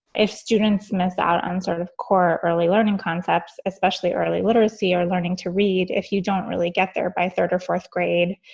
if students miss out on sort of core early learning concepts, especially early literacy or learning to read if you don't really get there by third or fourth grade.